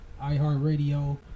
iHeartRadio